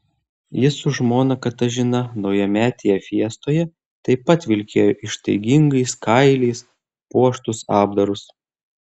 jis su žmona katažina naujametėje fiestoje taip pat vilkėjo ištaigingais kailiais puoštus apdarus